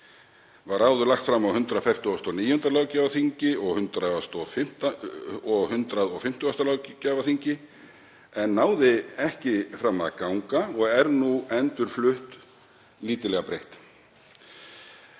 var áður lagt fram á 149. löggjafarþingi og 150. löggjafarþingi en náði ekki fram að ganga og er nú endurflutt lítillega breytt.